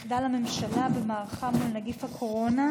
מחדל הממשלה במערכה מול נגיף הקורונה,